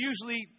usually